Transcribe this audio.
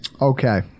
Okay